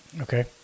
Okay